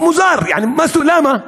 מוזר, למה?